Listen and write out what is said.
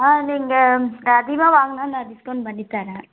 ஆ நீங்கள் அதிகமாக வாங்கினா நான் டிஸ்கௌண்ட் பண்ணித்தரேன்